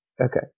Okay